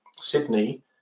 Sydney